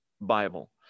Bible